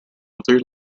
other